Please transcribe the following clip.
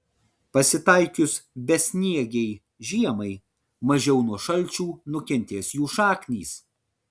pasitaikius besniegei žiemai mažiau nuo šalčių nukentės jų šaknys